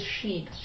sheep